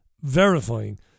verifying